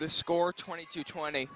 the score twenty two twenty